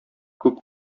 күп